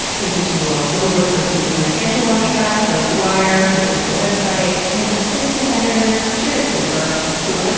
thank you to noel dilworth for keeping my schedule on track, kelly dwyer who makes my website, and assistant editor jarrett sleeper who,